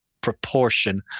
proportion